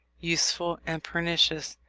useful and pernicious,